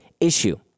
issue